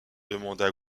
demanda